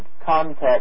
context